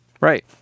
Right